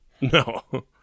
No